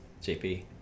JP